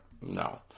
No